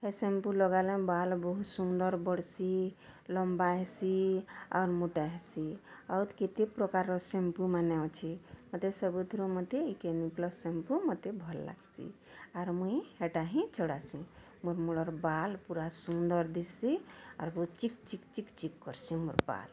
ସେ ସାମ୍ପୁ ଲଗାଲେ ବାଲ୍ ବହୁତ୍ ସୁନ୍ଦର୍ ବଢ଼୍ସି ଲମ୍ବା ହେସି ଆର୍ ମୋଟା ହେସି ଆର୍ କେତେ ପ୍ରକାର୍ର ସାମ୍ପୁମାନେ ଅଛି ହେଥିରୁ ସବୁଥିରୁ ମୋତେ କ୍ଲିନିକ୍ ପ୍ଲସ୍ ସାମ୍ପୁ ମତେ ଭଲ୍ ଲାଗ୍ସି ଆର୍ ମୁଇଁ ହେଟା ହିଁ ଚଳାସି ମୋର୍ ମୂଲର୍ ବାଲ୍ ପୁରା ସୁନ୍ଦର୍ ଦିଶଚି ଆର୍ ଚିକ୍ ଚିକ୍ ଚିକ୍ ଚିକ୍ କର୍ସି ମୋର୍ ବାଲ୍